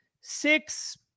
six